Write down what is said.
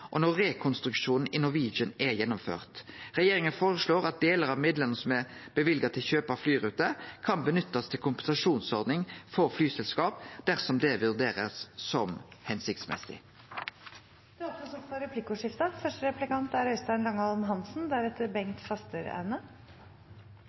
og når rekonstruksjonen i Norwegian er gjennomført. Regjeringa føreslår at delar av midlane som er løyvde til kjøp av flyruter, kan nyttast til ei kompensasjonsordning for flyselskap dersom det blir vurdert som hensiktsmessig. Det blir replikkordskifte.